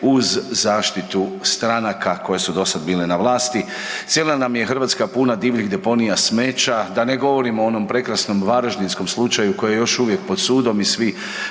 uz zaštitu stranaka koje su dosad bile na vlasti. Cijela nam je Hrvatska puna divljih deponija smeća da ne govorimo o onom prekrasnom varaždinskom slučaju koji je još uvijek pod sudom i svi